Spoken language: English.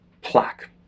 plaque